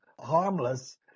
harmless